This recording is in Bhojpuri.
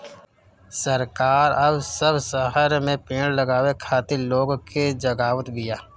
सरकार अब सब शहर में पेड़ लगावे खातिर लोग के जगावत बिया